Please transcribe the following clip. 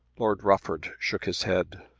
lord rufford shook his head.